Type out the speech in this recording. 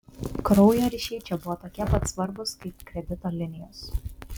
kraujo ryšiai čia buvo tokie pats svarbūs kaip kredito linijos